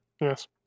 Yes